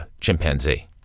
chimpanzee